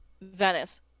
Venice